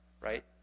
right